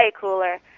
cooler